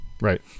right